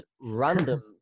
random